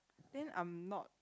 then I'm not